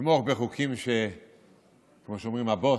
לתמוך בחוקים, שכמו שאומרים, הבוס,